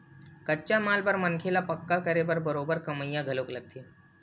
कच्चा माल बर मनखे ल पक्का करे बर बरोबर कमइया घलो लगथे